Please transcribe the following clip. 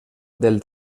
del